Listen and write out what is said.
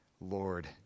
Lord